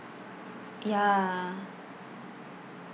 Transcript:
ya